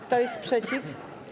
Kto jest przeciw?